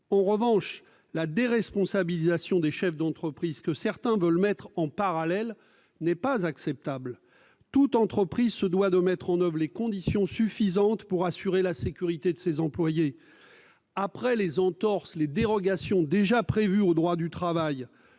En revanche, la déresponsabilisation des chefs d'entreprise, que certains veulent mettre en parallèle, n'est pas acceptable. Toute entreprise se doit de mettre en oeuvre les conditions suffisantes pour assurer la sécurité de ses employés. Après les entorses et les dérogations déjà apportées au droit du travail